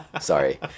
Sorry